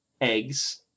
eggs